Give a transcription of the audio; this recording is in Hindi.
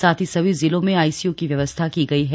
साथ ही सभी जिलों में आईसीयू की व्यवस्था की गई है